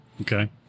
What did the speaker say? Okay